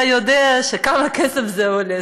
אתה יודע כמה כסף זה עולה.